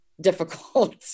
difficult